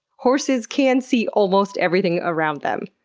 horses can see almost everything around them.